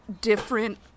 different